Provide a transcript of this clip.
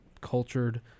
cultured